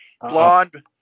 Blonde